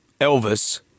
Elvis